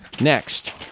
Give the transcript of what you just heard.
Next